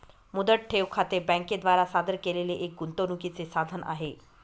मुदत ठेव खाते बँके द्वारा सादर केलेले एक गुंतवणूकीचे साधन आहे